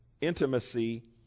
intimacy